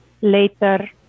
later